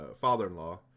father-in-law